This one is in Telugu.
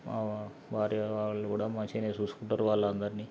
మా భార్య వాళ్ళు కూడా మంచిగానే చూసుకుంటారు వాళ్ళందరినీ